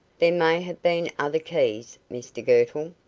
there may have been other keys, mr girtle.